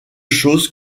chose